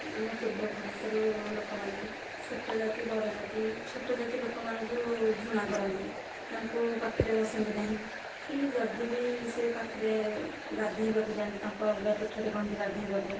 ଆମ ପୂର୍ବ ପୁରୁଷରୁ ଲୋକମାନେ ଛୋଟ ଜାତି ବଡ଼ ଜାତି ଛୋଟ ଜାତି ଲୋକମାନଙ୍କୁ ଘୃଣା କରନ୍ତି ତାଙ୍କୁ ପାଖରେ ବସାନ୍ତି ନାହିଁ କି ଯଦି ବି ସେ ପାଖରେ ଗାଧୋଇବାକୁ ଯାଆନ୍ତି ତାଙ୍କୁ ଅଲଗା ତୁଠରେ କୁହନ୍ତି ଗାଧୋଇବାକୁ